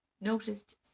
noticed